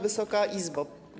Wysoka Izbo!